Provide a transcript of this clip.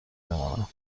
بمانند